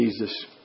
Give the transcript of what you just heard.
Jesus